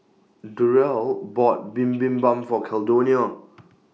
Durrell bought Bibimbap For Caldonia